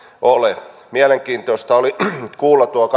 ole mielenkiintoista oli kuulla tuo